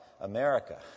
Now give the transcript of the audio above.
America